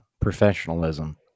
professionalism